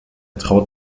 traut